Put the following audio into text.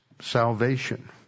salvation